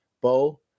Bo